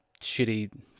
shitty